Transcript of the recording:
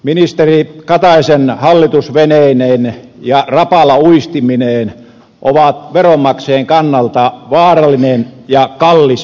ministeri kataisen hallitus veneineen ja rapala uistimineen ovat veronmaksajien kannalta vaarallinen ja kallis yhdistelmä